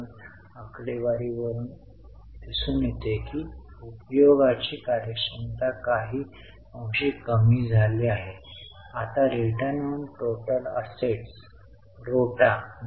तर आपण येथे पाहू शकता की त्यांनी जुन्या गुंतवणूकींपैकी काही वस्तू नफ्यावर विकली आहेत आणि ही चांगली चिन्हे देखील आहेत आणि सर्व पैसे त्यांनी नवीन उपकरणेत ठेवली आहेत ज्यामुळे त्यांना येत्या काही वर्षांत अधिक नफा आणि अधिक कॅश फ्लो निर्माण होईल